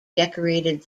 decorated